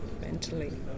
mentally